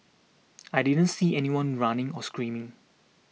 I didn't see anyone running or screaming